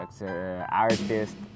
artists